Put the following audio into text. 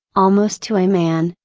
almost to a man,